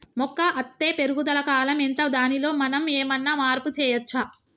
మొక్క అత్తే పెరుగుదల కాలం ఎంత దానిలో మనం ఏమన్నా మార్పు చేయచ్చా?